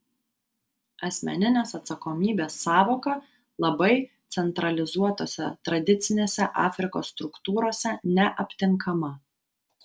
asmeninės atsakomybės sąvoka labai centralizuotose tradicinėse afrikos struktūrose neaptinkama